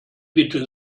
bitte